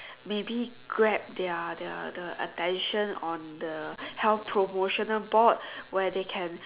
maybe Grab their their the attention on the health promotional board where they can